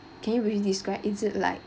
can you really describe is it like